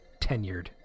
tenured